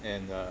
and uh